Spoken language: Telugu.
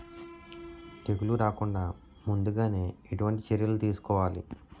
తెగుళ్ల రాకుండ ముందుగానే ఎటువంటి చర్యలు తీసుకోవాలి?